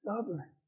stubborn